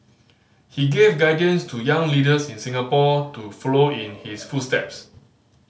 he gave guidance to young leaders in Singapore to follow in his footsteps